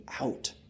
out